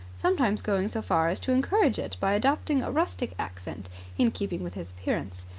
sometimes going so far as to encourage it by adopting a rustic accent in keeping with his appearance.